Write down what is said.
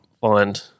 find